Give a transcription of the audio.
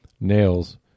nails